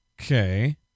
Okay